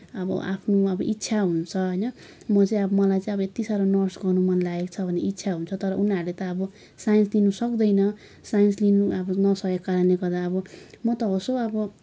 अब आफ्नो इच्छा हुन्छ होइन म चाहिँ अब मलाई चाहिँ अब यति साह्रो नर्स गर्न मन लागेको छ भन्ने इच्छा हुन्छ तर उनीहरूले त अब साइन्स लिन सक्दैन साइन्स लिन नसकेको कारणले गर्दा म त होस् हौ अब